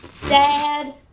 Dad